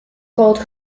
called